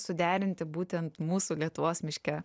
suderinti būtent mūsų lietuvos miške